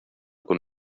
con